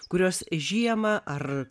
kurios žiemą ar